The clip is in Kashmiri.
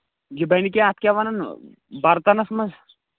یہِ بَنہِ کیٛاہ اَتھ کیٛاہ وَنان برتَنس منٛز